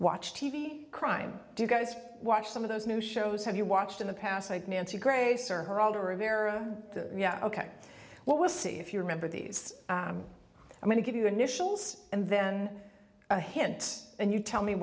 watch t v crime do you guys watch some of those new shows have you watched in the past like nancy grace or geraldo rivera ok well we'll see if you remember these i'm going to give you initially and then a hint and you tell me